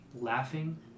laughing